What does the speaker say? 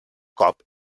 cop